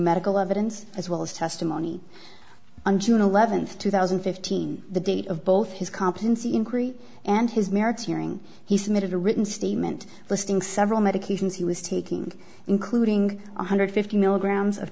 medical evidence as well as testimony on june eleventh two thousand and fifteen the date of both his competency in crete and his merits hearing he submitted a written statement listing several medications he was taking including one hundred fifty milligrams of